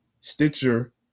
Stitcher